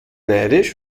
neidisch